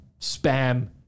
spam